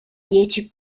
dieci